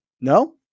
No